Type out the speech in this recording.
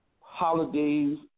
holidays